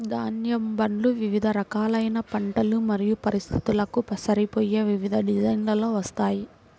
ధాన్యం బండ్లు వివిధ రకాలైన పంటలు మరియు పరిస్థితులకు సరిపోయే వివిధ డిజైన్లలో వస్తాయి